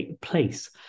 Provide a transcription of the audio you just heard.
place